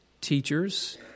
teachers